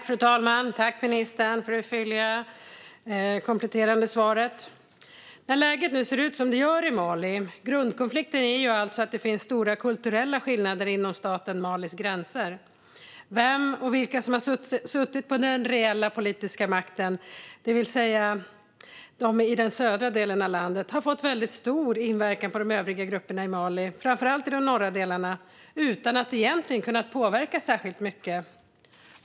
Fru talman! Jag tackar ministern för det fylliga kompletterande svaret. Läget ser ut som det gör i Mali, det vill säga att grundkonflikten ligger i att det finns stora kulturella skillnader inom staten Malis gränser. Vem och vilka som har suttit på den reella politiska makten - de i den södra delen av landet - har fått stor inverkan på de övriga grupperna i Mali, framför allt i de norra delarna, utan att de har påverkat särskilt mycket.